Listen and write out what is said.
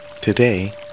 Today